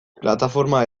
plataforma